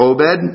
Obed